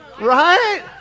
Right